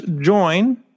join